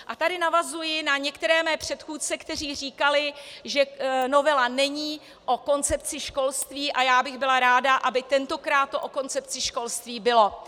A tady navazuji na některé své předchůdce, kteří říkali, že novela není o koncepci školství, a já bych byla ráda, aby tentokrát to o koncepci školství bylo.